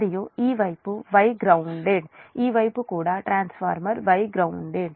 మరియు ఈ వైపు Y గ్రౌండ్డ్ ఈ వైపు కూడా ట్రాన్స్ఫార్మర్ Y గ్రౌన్దేడ్